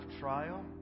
trial